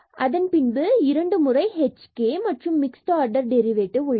அதன் பின்பு இரண்டு முறை hk மற்றும் மிக்ஸ்ட் ஆர்டர் டெரிவேடிவ் உள்ளது